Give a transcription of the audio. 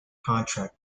contract